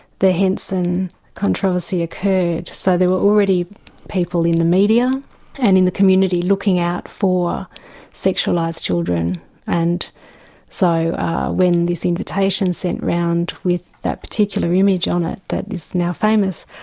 the hensen controversy occurred. so there were already people in the media and in the community, looking out for sexualised children and so when this invitation sent around with that particular image on it that is now famous,